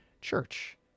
Church